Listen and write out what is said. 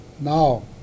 now